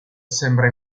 sembra